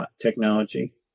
technology